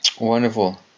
wonderful